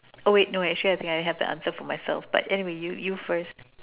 oh wait no I should I think I actually I have the answer for myself but anyway you you first